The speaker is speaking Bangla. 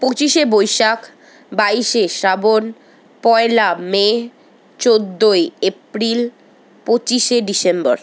পঁচিশে বৈশাখ বাইশে শ্রাবণ পয়লা মে চোদ্দই এপ্রিল পঁচিশে ডিসেম্বর